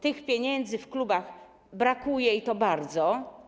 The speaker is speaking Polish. Tych pieniędzy w klubach brakuje, i to bardzo.